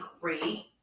great